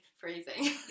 freezing